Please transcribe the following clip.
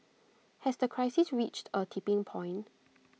has the crisis reached A tipping point